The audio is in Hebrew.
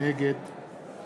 נגד